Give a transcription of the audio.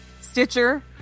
Stitcher